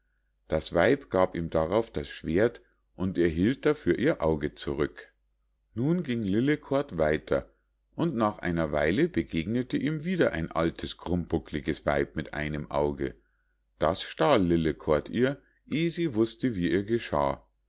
das weib gab ihm darauf das schwert und erhielt dafür ihr auge zurück nun ging lillekort weiter und nach einer weile begegnete ihm wieder ein altes krummpuckliges weib mit einem auge das stahl lillekort ihr eh sie wußte wie ihr geschah